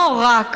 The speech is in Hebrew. לא רק,